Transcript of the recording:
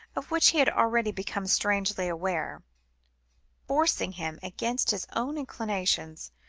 of which he had already become strangely aware forcing him, against his own inclinations,